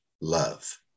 love